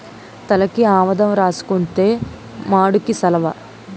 తలకి ఆవదం రాసుకుంతే మాడుకు సలవ